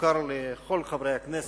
המוכר לכל חברי הכנסת,